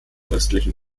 östlichen